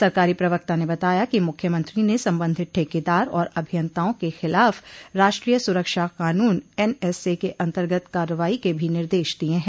सरकारी प्रवक्ता ने बताया कि मुख्यमंत्री ने संबंधित ठेकेदार और अभियंताओं के खिलाफ राष्ट्रीय सुरक्षा कानून एनएसए के अन्तर्गत कर्रवाई के भी निर्देश दिये हैं